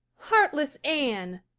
heartless anne!